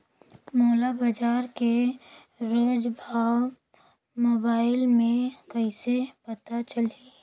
मोला बजार के रोज भाव मोबाइल मे कइसे पता चलही?